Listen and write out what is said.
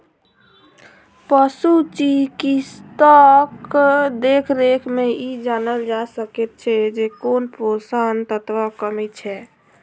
पशु चिकित्सकक देखरेख मे ई जानल जा सकैत छै जे कोन पोषण तत्वक कमी छै